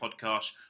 Podcast